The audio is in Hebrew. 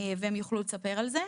והם יוכלו לספר על זה.